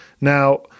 Now